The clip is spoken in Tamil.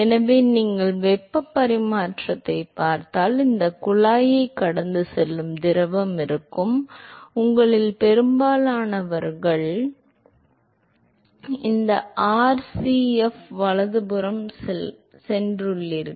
எனவே நீங்கள் வெப்பப் பரிமாற்றிகளைப் பார்த்தால் இந்த குழாயைக் கடந்து செல்லும் திரவம் இருக்கும் உங்களில் பெரும்பாலானவர்கள் இந்த ஆர்சிஎஃப் வலதுபுறம் சென்றுள்ளீர்கள்